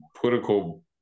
political